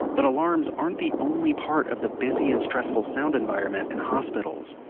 but alarms aren't the only part of the busy and stressful sound environment in hospitals.